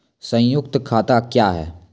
संयुक्त खाता क्या हैं?